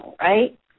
Right